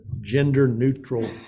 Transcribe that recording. gender-neutral